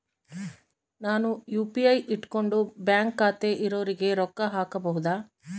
ನಾನು ಯು.ಪಿ.ಐ ಇಟ್ಕೊಂಡು ಬ್ಯಾಂಕ್ ಖಾತೆ ಇರೊರಿಗೆ ರೊಕ್ಕ ಹಾಕಬಹುದಾ?